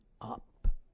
Up